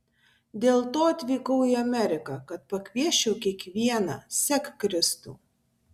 dėl to atvykau į ameriką kad pakviesčiau kiekvieną sek kristų